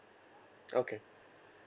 okay